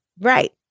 Right